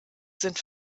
sind